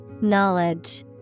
Knowledge